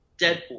Deadpool